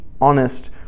honest